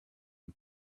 and